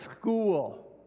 school